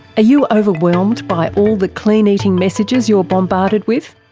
you overwhelmed by all the clean eating messages you're bombarded with?